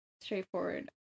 straightforward